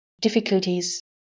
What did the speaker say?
difficulties